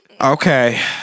Okay